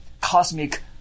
cosmic